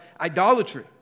idolatry